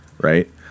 Right